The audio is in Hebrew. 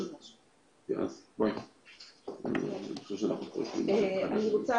אני רוצה